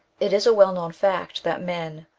it is a well-known fact that men,